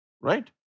right